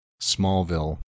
Smallville